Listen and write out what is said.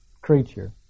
creature